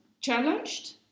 challenged